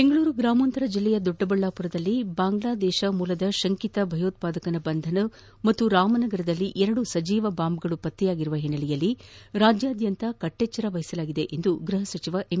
ಬೆಂಗಳೂರು ಗ್ರಾಮಾಂತರ ಜಿಲ್ಲೆಯ ದೊಡ್ಡಬಳ್ಳಾಪುರದಲ್ಲಿ ಬಾಂಗ್ಲಾದೇಶ ಮೂಲದ ಶಂಕಿತ ಭಯೋತ್ವಾದಕನ ಬಂಧನ ಹಾಗೂ ರಾಮನಗರದಲ್ಲಿ ಎರಡು ಸಜೀವ ಬಾಂಬ್ಗಳು ಪತ್ತೆಯಾಗಿರುವ ಹಿನ್ನೆಲೆಯಲ್ಲಿ ರಾಜ್ಯಾದ್ಯಂತ ಕಟ್ಟೆಚ್ಚರ ವಹಿಸಲಾಗಿದೆ ಎಂದು ಗೃಹ ಸಚಿವ ಎಂ